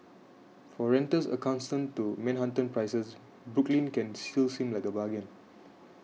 for renters accustomed to Manhattan prices Brooklyn can still seem like a bargain